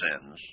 sins